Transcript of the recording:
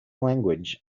language